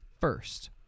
first